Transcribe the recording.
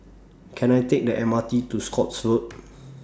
Can I Take The M R T to Scotts Road